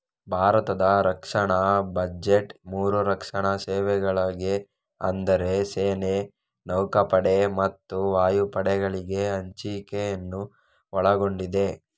ಭಾರತದ ರಕ್ಷಣಾ ಬಜೆಟ್ ಮೂರು ರಕ್ಷಣಾ ಸೇವೆಗಳಿಗೆ ಅಂದರೆ ಸೇನೆ, ನೌಕಾಪಡೆ ಮತ್ತು ವಾಯುಪಡೆಗಳಿಗೆ ಹಂಚಿಕೆಯನ್ನು ಒಳಗೊಂಡಿದೆ